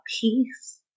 peace